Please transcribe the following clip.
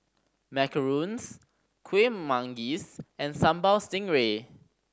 macarons Kueh Manggis and Sambal Stingray